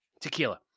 tequila